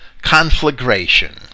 conflagration